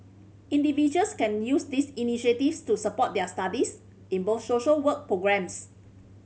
individuals can use these initiatives to support their studies in both social work programmes